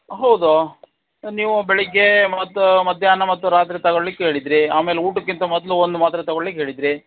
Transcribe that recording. ಹೌದು ನೀವು ಬೆಳಿಗ್ಗೆ ಮತ್ತು ಮಧ್ಯಾಹ್ನ ಮತ್ತು ರಾತ್ರಿ ತಗೊಳ್ಲಿಕ್ಕೆ ಹೇಳಿದ್ದಿರಿ ಆಮೇಲೆ ಊಟಕ್ಕಿಂತ ಮೊದಲು ಒಂದು ಮಾತ್ರೆ ತಗೊಳ್ಲಿಕ್ಕೆ ಹೇಳಿದ್ದಿರಿ